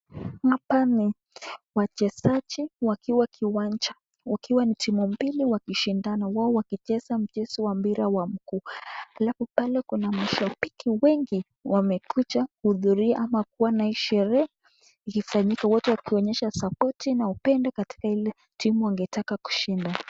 hapana. Wachezaji wakiwa kiwanja wakiwa ni timu mbili wakishindana wao wakicheza mchezo wa mpira wa mkuu. Halafu pale kuna mashabiki wengi wamekuja kuhudhuria ama kuwa na hii sherehe iliyofanyika wote wakionyesha supporti na upendo katika ile timu wangetaka kushinda.